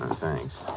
Thanks